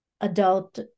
adult